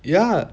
ya